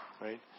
Right